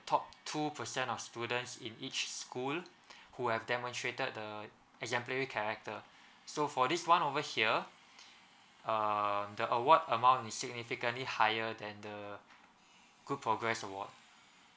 top two percent of students in each school who have demonstrated the exemplary character so for this one over here uh the award amount is significantly higher than the good progress award